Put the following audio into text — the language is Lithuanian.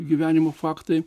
gyvenimo faktai